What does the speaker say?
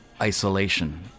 isolation